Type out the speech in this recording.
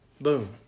boom